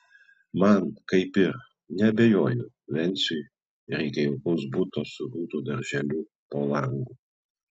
man kaip ir neabejoju venciui reikia jaukaus buto su rūtų darželiu po langu